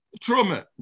Truman